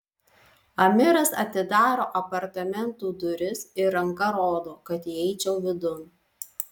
amiras atidaro apartamentų duris ir ranka rodo kad įeičiau vidun